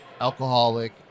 alcoholic